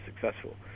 successful